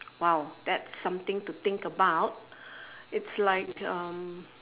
!wow! that's something to think about it's like um